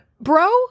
bro